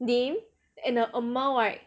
name and the amount right